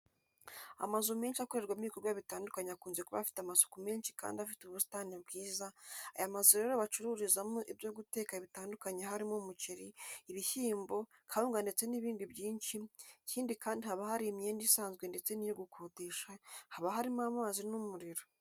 Amazu menshi akorerwamo ibikorwa bitandukanye akunze kuba afite amasuku menshi kandi afite ubusitani bwiza, aya mazu rero bacururizamo ibyo guteka bitandukanye harimo umuceri, ibishyimbo, kawunga ndetse n'ibindi byinshi, ikindi kandi haba hari imyenda isanzwe ndetse n'iyo gukodesha, haba harimo amazi n'umuriro.